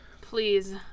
Please